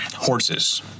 Horses